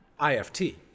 IFT